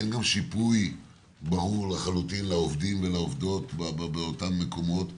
אין גם שיפוי ברור לחלוטין לעובדים ולעובדות באותם מקומות.